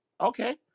Okay